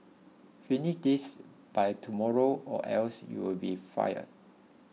finish this by tomorrow or else you'll be fired